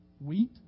wheat